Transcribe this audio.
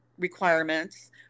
requirements